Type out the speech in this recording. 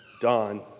Don